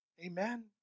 Amen